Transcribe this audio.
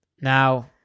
Now